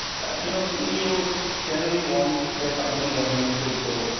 you know ceos generally want their company revenues to grow,